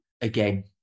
again